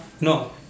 no